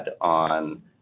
on